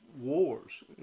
wars